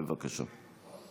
בבקשה.